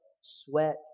sweat